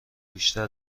بیشتر